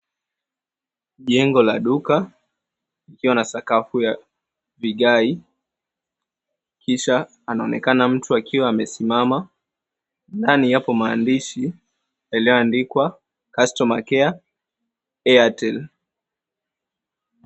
Jengo la duka likiwa na sakafu ya vigai. Kisha anaonekana mtu akiwa amesimama, ndani yapo maandishi yaliyoandikwa customer care Airtel.